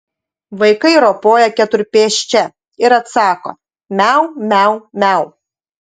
vaikai ropoja keturpėsčia ir atsako miau miau miau